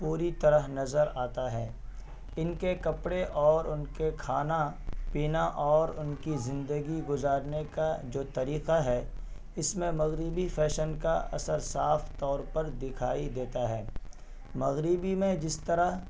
پوری طرح نظر آتا ہے ان کے کپڑے اور ان کے کھانا پینا اور ان کی زندگی گزارنے کا جو طریقہ ہے اس میں مغربی فیشن کا اثر صاف طور پر دکھائی دیتا ہے مغربی میں جس طرح